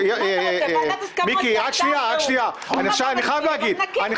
מיקי, אני חייב להגיב.